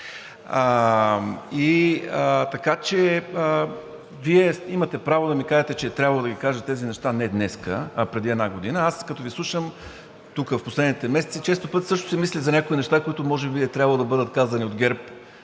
така че Вие имате право да ми кажете, че е трябвало да кажа тези неща не днес, а преди една година. Аз като Ви слушам тук в последните месеци, често пъти също си мисля за някои неща, които може би е трябвало да бъдат казани от ГЕРБ